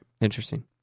Interesting